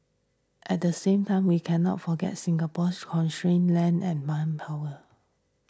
at the same time we cannot forget Singapore's constraints land and manpower